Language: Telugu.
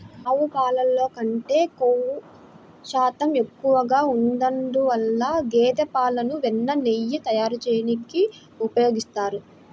ఆవు పాలల్లో కంటే క్రొవ్వు శాతం ఎక్కువగా ఉన్నందువల్ల గేదె పాలను వెన్న, నెయ్యి తయారీకి ఉపయోగిస్తారు